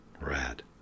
rad